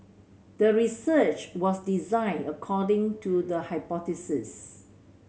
the research was designed according to the hypothesis